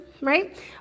right